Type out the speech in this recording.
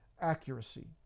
accuracy